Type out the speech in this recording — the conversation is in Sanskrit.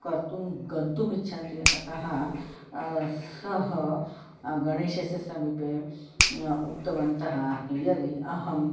कर्तुं गन्तुम् इच्छन्ति अतः सः गणेशस्य समीपे उक्तवन्तः यदि अहम्